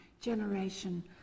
generation